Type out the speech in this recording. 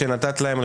שנתת להם,